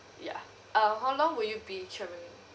ya uh how long will you be travelling